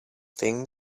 thing